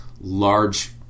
large